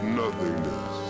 nothingness